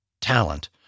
Talent